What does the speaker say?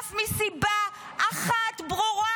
הוחלף מסיבה אחת ברורה,